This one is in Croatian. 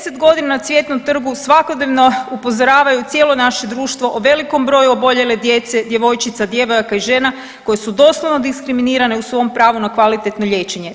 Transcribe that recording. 10 godina na Cvjetnom trgu svakodnevno upozoravaju cijelo naše društvo o velikom broju oboljele djece, djevojčica, djevojaka i žena koje su doslovno diskriminirane u svom pravu na kvalitetno liječenje.